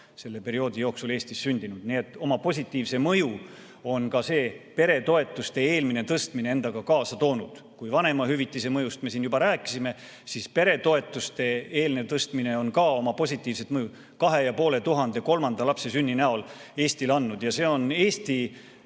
selle perioodi jooksul Eestis sündinud. Nii et oma positiivse mõju on ka see peretoetuste eelmine tõstmine endaga kaasa toonud. Kui vanemahüvitise mõjust me siin juba rääkisime, siis peretoetuste eelnev tõstmine on ka oma positiivse mõju 2500 kolmanda lapse sünniga Eestile andnud. Ja see on Eesti